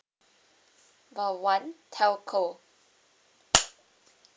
call one telco